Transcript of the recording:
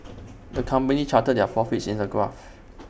the company charted their profits in A graph